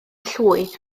llwyd